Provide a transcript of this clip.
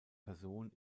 person